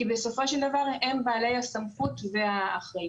כי בסופו של דבר הם בעלי הסמכות והאחריות.